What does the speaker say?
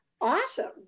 Awesome